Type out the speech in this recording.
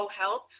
help